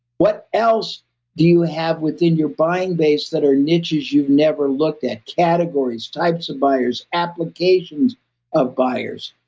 what else do you have within your buying base that are niches you've never looked at? categories, types of buyers, applications of buyers?